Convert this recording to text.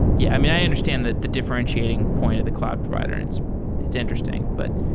yeah i mean, i understand that the differentiating point of the cloud provider, it's it's interesting. but,